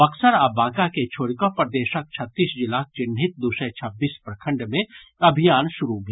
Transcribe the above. बक्सर आ बांका के छोड़ि कऽ प्रदेशक छत्तीस जिलाक चिन्हित दू सय छब्बीस प्रखंड मे अभियान शुरू भेल